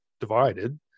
divided